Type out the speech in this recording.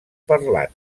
parlants